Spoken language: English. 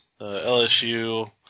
LSU